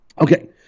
Okay